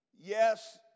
Yes